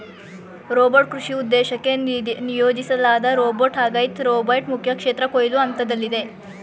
robot ಕೃಷಿ ಉದ್ದೇಶಕ್ಕೆ ನಿಯೋಜಿಸ್ಲಾದ ರೋಬೋಟ್ಆಗೈತೆ ರೋಬೋಟ್ ಮುಖ್ಯಕ್ಷೇತ್ರ ಕೊಯ್ಲು ಹಂತ್ದಲ್ಲಿದೆ